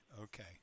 okay